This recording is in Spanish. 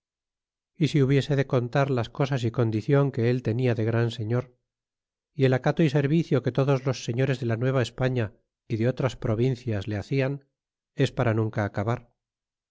y si hubiese de contar las cosas y condicion que él tenia de gran señor y el acato y servicio que todos los señores de la nueva españa y de otras provincias le hacian es para nunca acabar